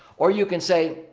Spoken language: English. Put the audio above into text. or you can say,